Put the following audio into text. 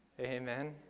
Amen